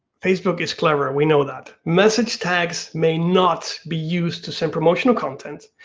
facebook is clever, we know that. message tags may not be used to send promotional content,